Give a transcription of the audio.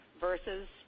versus